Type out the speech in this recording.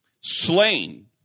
slain